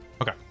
okay